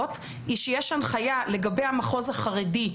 שיש הנחיה לגבי המחוז החרדי.